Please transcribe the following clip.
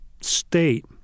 state